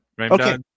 Okay